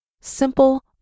simple